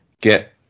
get